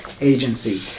Agency